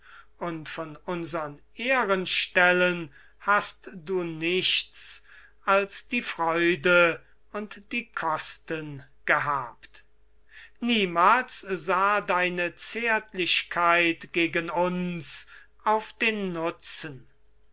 und von unsern ehrenstellen hast du nichts als die freude und die kosten gehabt niemals sah deine zärtlichkeit auf den nutzen